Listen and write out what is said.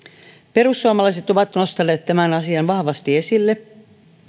perussuomalaiset ovat nostaneet tämän asian vahvasti esille